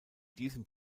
diesem